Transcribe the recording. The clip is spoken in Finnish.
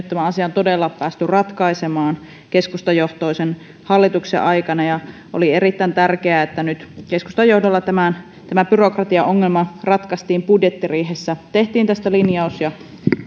tämä asia on todella päästy ratkaisemaan keskustajohtoisen hallituksen aikana oli erittäin tärkeää että nyt keskustan johdolla tämä tämä byrokratiaongelma ratkaistiin budjettiriihessä tehtiin tästä linjaus ja